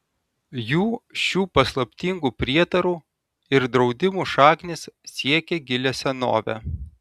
jų šių paslaptingų prietarų ir draudimų šaknys siekią gilią senovę